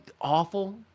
awful